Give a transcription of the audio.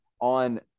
on